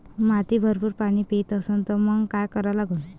माती भरपूर पाणी पेत असन तर मंग काय करा लागन?